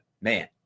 man